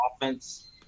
offense